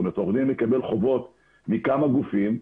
זאת אומרת עורך דין מקבל חובות מכמה גופים,